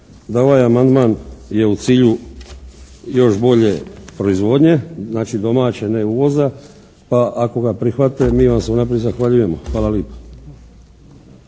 da ovaj amandman je u cilju još bolje proizvodnje, znači domaće, ne uvoza pa ako ga prihvate mi vam se unaprijed zahvaljujemo. Hvala lipa.